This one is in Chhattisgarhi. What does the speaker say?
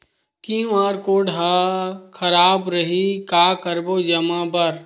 क्यू.आर कोड हा खराब रही का करबो जमा बर?